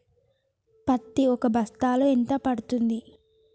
పత్తి ఒక బస్తాలో ఎంత పడ్తుంది?